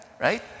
right